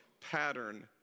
pattern